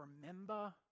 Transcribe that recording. remember